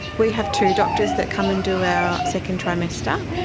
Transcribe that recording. we have two doctors that come and do our second trimester,